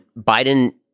Biden